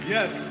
Yes